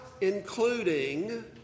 including